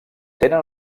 tenen